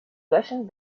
löschen